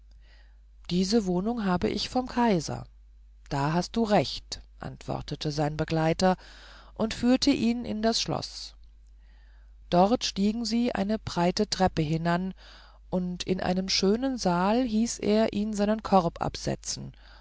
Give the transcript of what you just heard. diese wohnung habe ich vom kaiser du hast recht antwortete sein begleiter und führte ihn in das schloß dort stiegen sie eine breite treppe hinan und in einem schönen saal hieß er ihn seinen korb absetzen